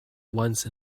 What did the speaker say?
once